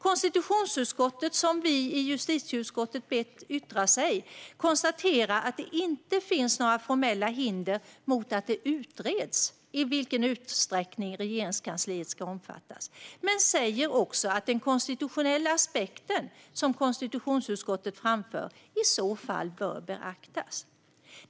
Konstitutionsutskottet, som vi i justitieutskottet bett yttra sig, konstaterar att det inte finns några formella hinder mot att det utreds i vilken utsträckning Regeringskansliet ska omfattas men säger också att den konstitutionella aspekten som konstitutionsutskottet framför i så fall bör beaktas.